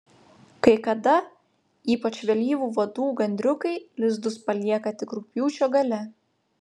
kai kada ypač vėlyvų vadų gandriukai lizdus palieka tik rugpjūčio gale